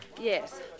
Yes